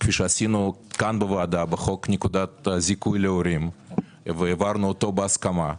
כפי שעשינו כאן בוועדה בחוק נקודת זיכוי להורים כשהעברנו אותו בהסכמה.